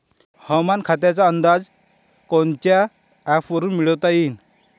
हवामान खात्याचा अंदाज कोनच्या ॲपवरुन मिळवता येईन?